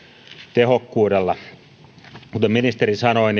tehokkuudella kuten ministeri sanoi